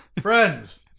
Friends